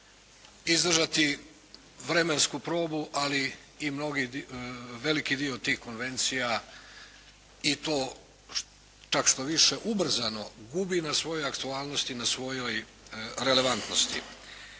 izdržati vremensku probu. Ali i mnogi veliki dio tih konvencija i to čak štoviše ubrzano gubi na svojoj aktualnosti, na svojoj relevantnosti.